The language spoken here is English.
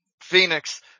Phoenix